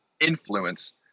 influence